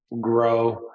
grow